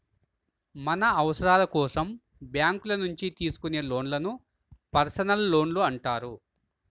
మన అవసరాల కోసం బ్యేంకుల నుంచి తీసుకునే లోన్లను పర్సనల్ లోన్లు అంటారు